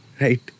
right